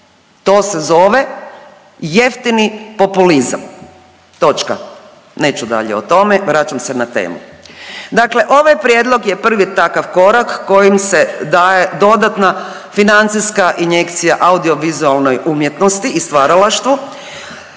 To se zove jeftini populizam. Točka neću dalje o tome. Vraćam se na temu. Dakle ovaj prijedlog je prvi takav korak kojim se daje dodatna financijska injekcija audio vizualnoj umjetnosti i stvaralaštvu